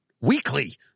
weekly